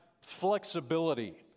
flexibility